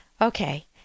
Okay